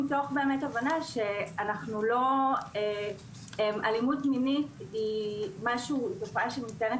אנחנו עושים את זה מתוך הבנה שאלימות מינית היא תופעה שניתנת